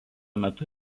metu